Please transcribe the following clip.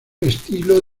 estilo